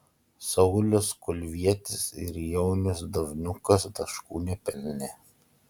saulius kulvietis ir jaunius davniukas taškų nepelnė